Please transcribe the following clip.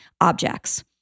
objects